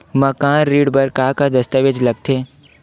मकान ऋण बर का का दस्तावेज लगथे?